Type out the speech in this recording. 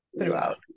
throughout